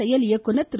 செயல் இயக்குநர் திரு